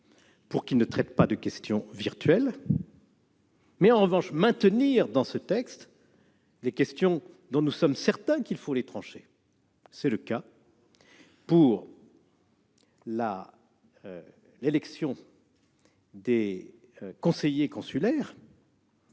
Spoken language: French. pour qu'il ne traite pas de questions virtuelles, mais, en revanche, maintenir dans ce texte les questions dont nous sommes certains qu'il faut les trancher. C'est le cas pour l'élection des conseillers consulaires,